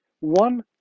one